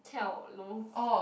跳楼